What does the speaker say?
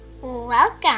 Welcome